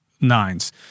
nines